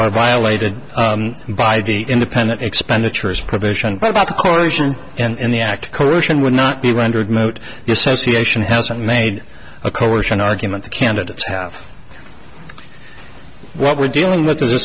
are violated by the independent expenditures provision but about the corporation and the act coercion would not be rendered moot dissociation hasn't made a coercion argument the candidates have what we're dealing with is a